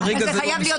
כרגע זה לא מסויג.